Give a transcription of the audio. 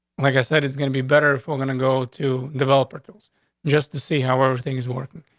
like i said, it's gonna be better if we're gonna go to developer tools just to see how everything is working.